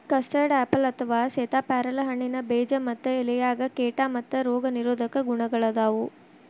custard apple ಅಥವಾ ಸೇತಾಪ್ಯಾರಲ ಹಣ್ಣಿನ ಬೇಜ ಮತ್ತ ಎಲೆಯಾಗ ಕೇಟಾ ಮತ್ತ ರೋಗ ನಿರೋಧಕ ಗುಣಗಳಾದಾವು